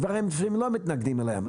לגבי הדברים שהם לא מתנגדים אליהם.